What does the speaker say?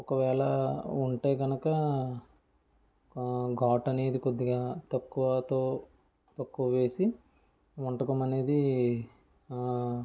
ఒకవేళ ఉంటే కనుక ఘాటు అనేది కొద్దిగా తక్కువతో తక్కువ వేసి వంటకం అనేది